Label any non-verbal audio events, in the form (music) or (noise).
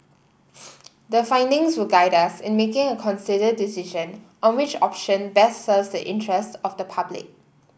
(noise) the findings will guide us in making a considered decision on which option best serves the interests of the public